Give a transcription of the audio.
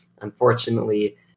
unfortunately